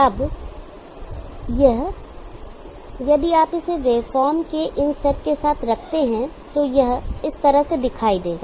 अब यह यदि आप इसे वेवफॉर्म के इन सेट के साथ रखते हैं तो यह इस तरह से दिखाई देगा